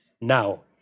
Now